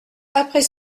après